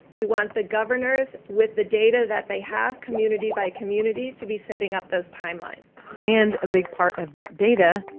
we want the governors with the data that they have, community by community, to be setting up those timelines and a big part of that data.